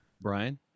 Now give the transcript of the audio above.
Brian